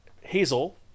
Hazel